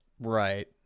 right